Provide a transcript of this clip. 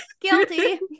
guilty